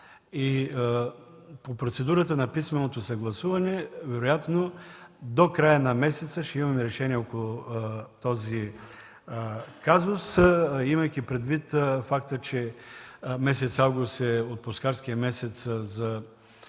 По процедурата на писменото съгласуване вероятно до края на месеца ще имаме решение около този казус, имайки предвид факта, че август е отпускарски месец за